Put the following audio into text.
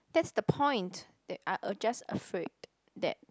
that's the point they are uh just afraid that